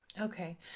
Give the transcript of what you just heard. Okay